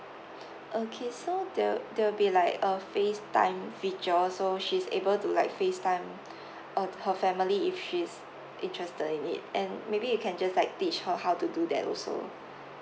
okay so there there'll be like a FaceTime feature also she's able to like FaceTime uh her family if she is interested in it and maybe you can just like teach her how to do that also